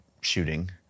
shooting